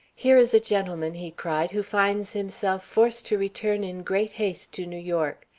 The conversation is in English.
here is a gentleman, he cried, who finds himself forced to return in great haste to new york.